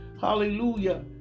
hallelujah